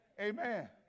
Amen